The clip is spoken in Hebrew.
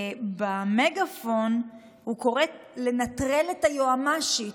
במגפון הוא קורא לנטרל את היועמ"שית.